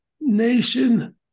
nation